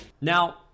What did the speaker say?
Now